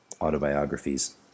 autobiographies